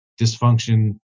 dysfunction